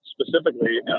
specifically